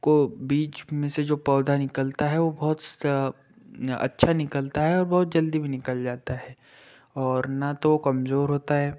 को बीच में से जो पौधा निकलता है वो बहुत स अच्छा निकलता है और बहुत जल्दी भी निकल जाता है और ना तो वो कमज़ोर होता है